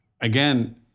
Again